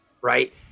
right